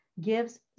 gives